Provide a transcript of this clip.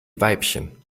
weibchen